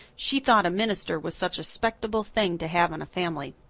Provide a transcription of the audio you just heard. she thought a minister was such a spectable thing to have in a family.